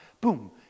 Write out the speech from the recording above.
Boom